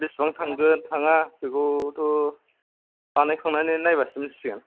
दा बिसिबां थांगोन थाङा बेखौथ' बानायखांनानै नायबासो मिथिसिगोन